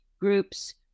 groups